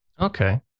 Okay